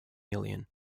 million